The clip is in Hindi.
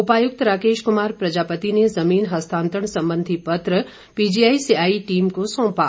उपायुक्त राकेश कुमार प्रजापति ने जमीन हस्तांतरण संबंधी पत्र पीजीआई से आई टीम को सौंपा